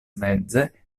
meze